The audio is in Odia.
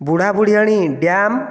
ବୁଢ଼ା ବୁଢ଼ୀଆଣୀ ଡ୍ୟାମ